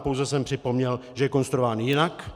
Pouze jsem připomněl, že je konstruován jinak.